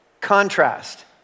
Contrast